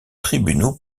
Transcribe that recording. tribunaux